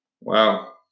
Wow